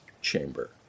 chamber